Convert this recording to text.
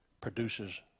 produces